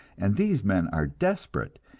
and these men are desperate,